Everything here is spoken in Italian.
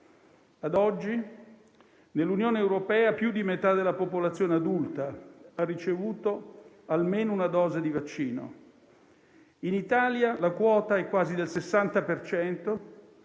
A oggi, nell'Unione europea più di metà della popolazione adulta ha ricevuto almeno una dose di vaccino. In Italia la quota è pari a